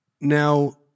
Now